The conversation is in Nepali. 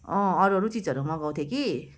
अरू अरू चिजहरू मगाउँथेँ कि